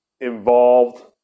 involved